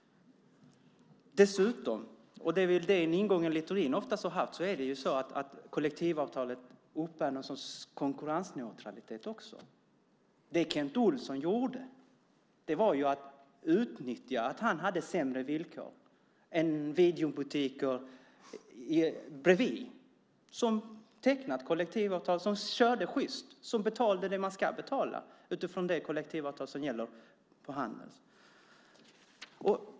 Dessutom, och det är väl den ingången Littorin oftast har haft, är det så att kollektivavtalet också uppbär någon sorts konkurrensneutralitet. Det Kent Olsson gjorde var att utnyttja att han hade sämre villkor än videobutikerna bredvid som tecknat kollektivavtal och som körde sjyst och betalade det man ska betala utifrån det kollektivavtal som gäller på Handels.